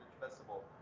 festival